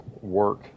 work